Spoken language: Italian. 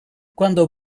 quando